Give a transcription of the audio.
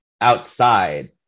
outside